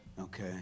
Okay